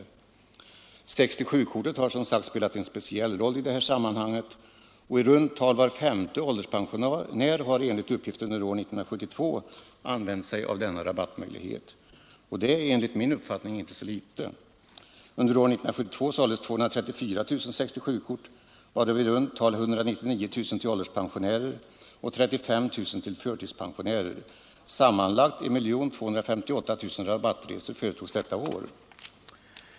Som sagt har 67-kortet spelat en alldeles speciell roll i detta sammanhang, och i runt tal var femte ålderspensionär har enligt uppgift använt sig av denna rabattmöjlighet under år 1972. Det är enligt min uppfattning inte så litet. Under år 1972 såldes 234 000 67-kort, varav i runt tal 199 000 till ålderspensionärer och 35 000 till förtidspensionärer. Sammanlagt 1 258 000 rabattresor företogs detta år.